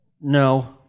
No